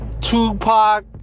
Tupac